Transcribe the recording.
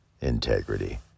Integrity